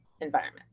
environment